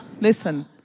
listen